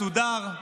מסודר,